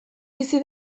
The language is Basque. bizi